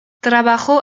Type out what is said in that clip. trabajó